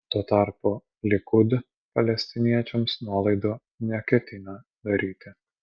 tuo tarpu likud palestiniečiams nuolaidų neketina daryti